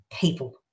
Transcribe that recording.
people